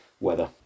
weather